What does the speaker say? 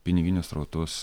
piniginius srautus